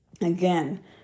Again